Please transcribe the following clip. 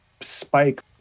spike